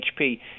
HP